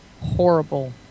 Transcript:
horrible